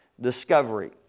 discovery